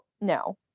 no